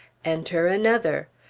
enter another.